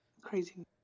Crazy